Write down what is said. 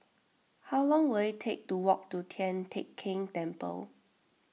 how long will it take to walk to Tian Teck Keng Temple